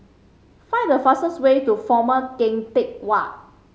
find the fastest way to Former Keng Teck Whay